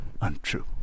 untrue